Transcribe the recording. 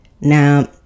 Now